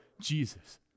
Jesus